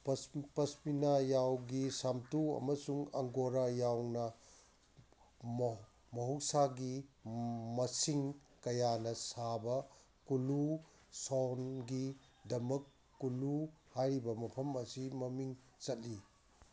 ꯄꯁꯃꯤꯅꯥ ꯌꯥꯎꯒꯤ ꯁꯥꯃꯇꯨ ꯑꯃꯁꯨꯡ ꯑꯪꯒꯣꯔꯥ ꯌꯥꯎꯅ ꯃꯍꯧꯁꯥꯒꯤ ꯃꯁꯤꯡ ꯀꯌꯥꯅ ꯁꯥꯕ ꯀꯨꯜꯂꯨ ꯁꯣꯜꯒꯤꯗꯃꯛ ꯀꯨꯂꯨ ꯍꯥꯏꯔꯤꯕ ꯃꯐꯝ ꯑꯁꯤ ꯃꯃꯤꯡ ꯆꯠꯂꯤ